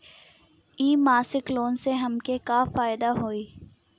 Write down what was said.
इ मासिक लोन से हमके का फायदा होई?